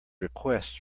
requests